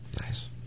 Nice